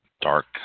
dark